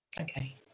Okay